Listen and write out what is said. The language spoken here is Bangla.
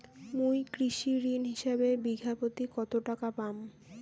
মুই কৃষি ঋণ হিসাবে বিঘা প্রতি কতো টাকা পাম?